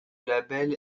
label